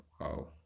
Wow